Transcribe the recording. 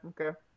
okay